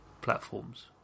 platforms